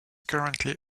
currently